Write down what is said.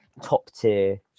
top-tier